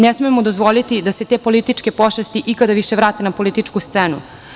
Ne smemo dozvoliti da se te političke pošasti ikada više vrate na političku scenu.